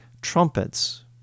trumpets